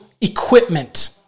equipment